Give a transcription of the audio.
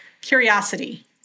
curiosity